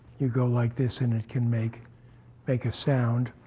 you go like this, and it can make make a sound,